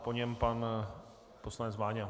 Po něm pan poslanec Váňa.